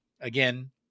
Again